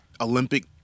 Olympic